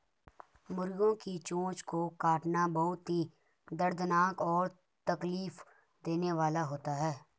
मुर्गियों की चोंच को काटना बहुत ही दर्दनाक और तकलीफ देने वाला होता है